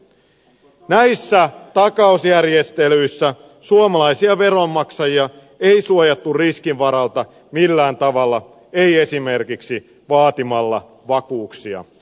näissä takausjärjestelyissä suomalaisia veronmaksajia ei suojattu riskin varalta millään tavalla ei esimerkiksi vaatimalla vakuuksia